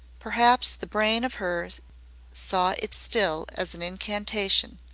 perhaps the brain of her saw it still as an incantation,